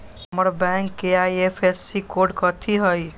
हमर बैंक के IFSC code कथि हई?